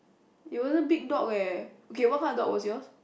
it was a big dog eh okay what kind of dog was yours